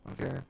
okay